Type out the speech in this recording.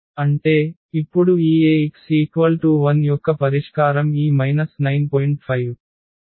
అంటే ఇప్పుడు ఈ Ax 0 యొక్క పరిష్కారం ఈ 9